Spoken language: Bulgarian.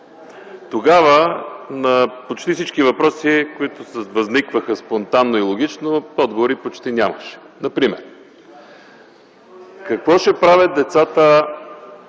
Тогава, на почти всички въпроси, които възникваха спонтанно и логично, отговори почти нямаше. Например: какво ще правят децата